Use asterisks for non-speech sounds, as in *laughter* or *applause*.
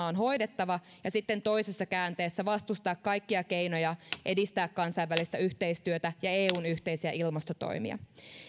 *unintelligible* on hoidettava kansainvälisesti ja sitten toisessa käänteessä vastustaa kaikkia keinoja edistää kansainvälistä yhteistyötä ja eun yhteisiä ilmastotoimia